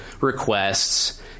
requests